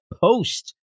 post